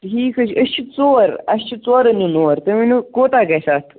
ٹھیٖک حظ چھِ أسۍ چھِ ژور اَسہِ چھِ ژورَن یُن اور تُہۍ ؤنِو کوتاہ گژھِ اَتھ